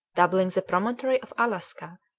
doubling the promontory of alaska,